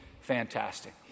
fantastic